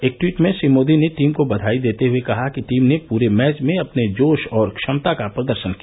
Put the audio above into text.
एक ट्वीट में श्री मोदी ने टीम को बधाई देते हुए कहा कि टीम ने पूरे मैच में अपने जोश और क्षमता का प्रदर्शन किया